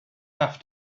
have